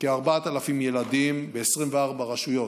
כ-4,000 ילדים ב-24 רשויות